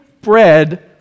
bread